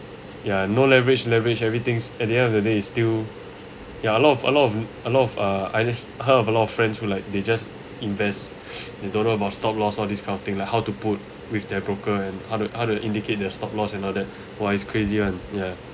ya no leverage leverage everything's at the end of the day it's still ya a lot of a lot of a lot of uh I hear heard of a lot of friends who like they just invest and don't know about stop loss all this kind of thing like how to put with the broker and how to how to indicate their stop-loss and all that !wah! it's crazy one ya